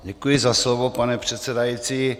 Děkuji za slovo, pane předsedající.